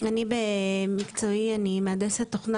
במקצועי אני מהנדסת תוכנה,